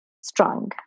Strong